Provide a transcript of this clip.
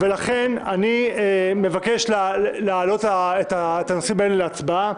לכן אני מבקש להעלות את הנושאים האלה להצבעה.